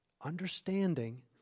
understanding